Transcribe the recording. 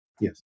Yes